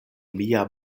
mia